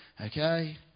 Okay